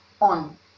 on